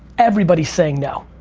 everybody's saying no.